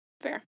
Fair